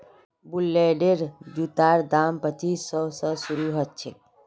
वुडलैंडेर जूतार दाम पच्चीस सौ स शुरू ह छेक